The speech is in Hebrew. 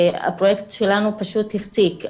הפרויקט שלנו פשוט הפסיק.